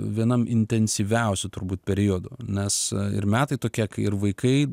vienam intensyviausių turbūt periodų nes ir metai tokie ir vaikai